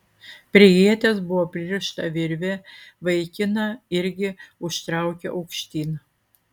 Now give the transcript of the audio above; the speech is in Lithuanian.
prie ieties buvo pririšta virvė vaikiną irgi užtraukė aukštyn